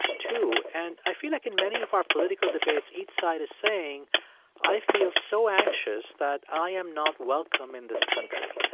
too and i feel like in many of our political debates each side is saying i feel so anxious that i am not welcome in this country.